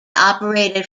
operated